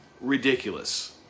ridiculous